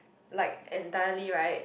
like entirely right